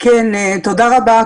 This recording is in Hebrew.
תודה רבה.